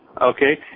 Okay